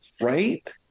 right